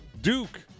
Duke